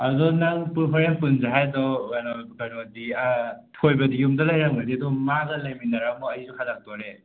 ꯑꯗꯣ ꯅꯪ ꯍꯣꯔꯦꯟ ꯄꯨꯟꯁꯦ ꯍꯥꯏꯗꯣ ꯀꯩꯅꯣꯗꯤ ꯊꯣꯏꯕꯗꯤ ꯌꯨꯝꯗ ꯂꯩꯔꯝꯃꯗꯤ ꯃꯥꯒ ꯂꯩꯃꯤꯟꯅꯔꯝꯃꯣ ꯑꯩꯁꯨ ꯍꯂꯛꯇꯣꯔꯦ